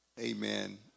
Amen